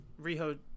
Riho